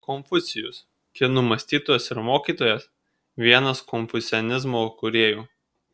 konfucijus kinų mąstytojas ir mokytojas vienas konfucianizmo kūrėjų